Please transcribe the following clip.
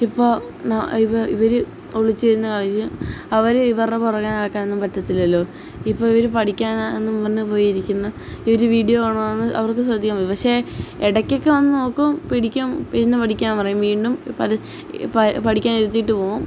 ഇപ്പോള് ഇവര് ഒളിച്ചിരുന്ന് കളിക്കും അവര് ഇവരുടെ പുറകേ നടക്കാനൊന്നും പറ്റത്തില്ലല്ലോ ഇപ്പോള് ഇവര് പഠിക്കാനാണെന്നും പറഞ്ഞ് പോയിരിക്കുന്നു ഇവര് വീഡിയോ കാണാണോന്ന് അവർക്ക് ശ്രദ്ധിക്കാൻ പറ്റുമോ പക്ഷേ ഇടയ്ക്കൊക്കെ വന്നു നോക്കും പിടിക്കും പിന്നെ പഠിക്കാൻ പറയും വീണ്ടും പഠിക്കാനിരുത്തിയിട്ട് പോവും